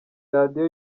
radio